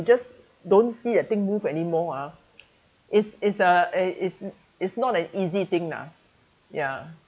just don't see a thing move anymore ah it's it's a uh it's it's not an easy thing lah ya